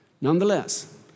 Nonetheless